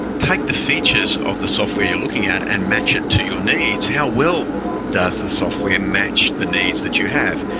take the features of the software you're looking at and match it to your needs, how well does the software match the needs that you have.